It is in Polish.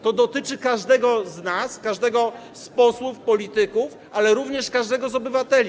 To dotyczy każdego z nas, każdego z posłów, polityków, ale również każdego z obywateli.